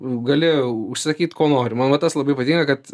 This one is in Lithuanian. gali užsakyt ko nori man va tas labai patinka kad